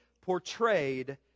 portrayed